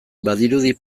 badirudi